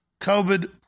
COVID